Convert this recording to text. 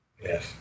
Yes